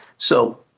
so